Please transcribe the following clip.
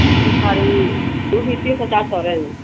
cotton sari वह भी तीन सौ चार सौ रेंज